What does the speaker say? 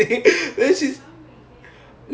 oh she's like celebrity